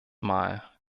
mal